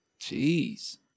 Jeez